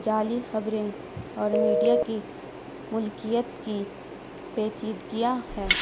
جعلی خبریں اور میڈیا کی ملکیت کی پیچیدگیاں ہے